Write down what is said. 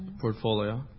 portfolio